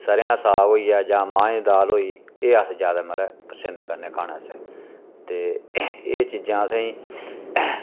सरे'आं साग होई गेआ जां माएं दी दाल होई एह् अस ज्यादा मतलब पसंद करने खाने आस्तै ते एह् चीजां असेंगी